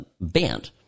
banned